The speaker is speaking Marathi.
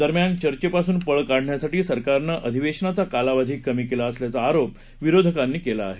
दरम्यान चर्चेपासून पळ काढण्यासाठी सरकारनं अधिवेशनाचा कालावधी कमी केला असल्याचा आरोप विरोधकांनी केला आहे